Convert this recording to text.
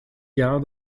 jahr